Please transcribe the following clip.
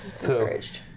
encouraged